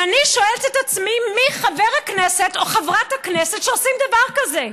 ואני שואלת את עצמי: מי חבר הכנסת או חברת הכנסת שעושים דבר כזה?